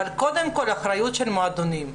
אבל קודם כל האחריות של המועדונים,